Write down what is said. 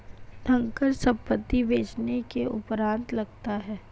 धनकर संपत्ति बेचने के उपरांत लगता है